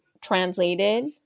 translated